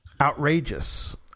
outrageous